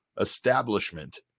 establishment